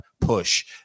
push